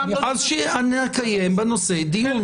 נקיים בנושא דיון.